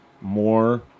more